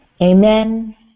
Amen